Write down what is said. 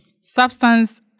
substance